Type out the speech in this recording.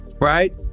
right